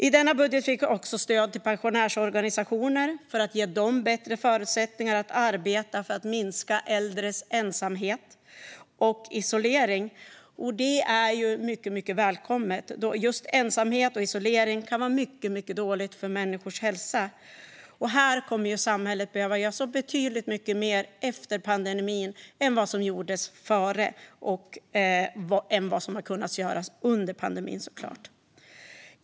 I denna budget finns även stöd till pensionärsorganisationer för att ge dem bättre förutsättningar att arbeta för att minska äldres ensamhet och isolering. Det är mycket välkommet, då just ensamhet och isolering kan vara mycket dåligt för människors hälsa. Här kommer samhället att behöva göra så betydligt mycket mer efter pandemin än vad som gjordes före och såklart än vad som har kunnat göras under pandemin.